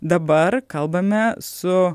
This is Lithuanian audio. dabar kalbame su